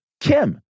Kim